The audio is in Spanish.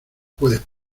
puedes